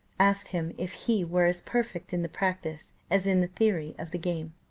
asked him if he were as perfect in the practice as in the theory of the game.